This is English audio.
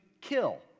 kill